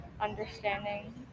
understanding